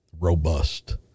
robust